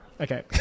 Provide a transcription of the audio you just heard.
Okay